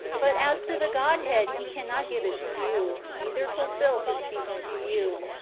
but as to the godhead he cannot give it to you, neither fulfil his speech to you.